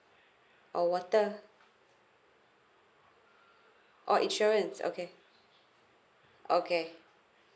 oh water oh insurance okay okay